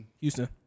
Houston